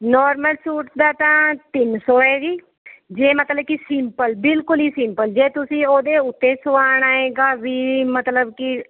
normal suit ਦਾ ਤਾਂ ਤਿੰਨ ਸੌ ਹੈ ਜੀ ਜੇ ਮਤਲਬ ਕੀ ਸਿੰਪਲ ਬਿਲਕੁੱਲ ਹੀ ਸਿੰਪਲ ਜੇ ਤੁਸੀਂ ਉਹਦੇ ਉੱਤੇ ਸੁਆਣਾ ਏ ਗਾਵੀ ਮਤਲਬ ਕਿ